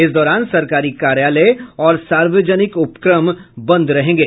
इस दौरान सरकारी कार्यालय और सार्वजनिक उपक्रम बंद रहेंगे